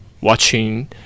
watching